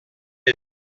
est